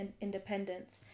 independence